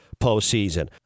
postseason